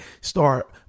Start